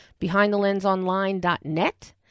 BehindTheLensOnline.net